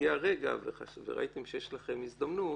וכשהגיע הרגע וראיתם שיש לכם הזדמנות